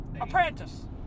Apprentice